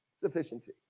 sufficiency